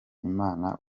imana